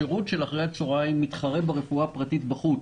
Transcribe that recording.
השירות של אחרי הצוהריים מתחרה ברפואה הפרטית בחוץ.